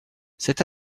cette